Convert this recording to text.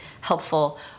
helpful